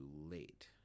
late